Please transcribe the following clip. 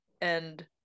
and-